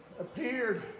appeared